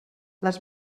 les